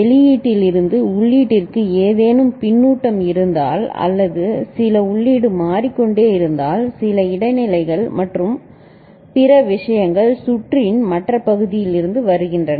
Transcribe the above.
வெளியீட்டில் இருந்து உள்ளீட்டிற்கு ஏதேனும் பின்னூட்டம் இருந்தால் அல்லது சில உள்ளீடு மாறிக்கொண்டே இருந்தால் சில இடைநிலைகள் மற்றும் பிற விஷயங்கள் சுற்றின் மற்ற பகுதிகளிலிருந்து வருகின்றன